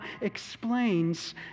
explains